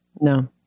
No